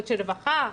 רווחה,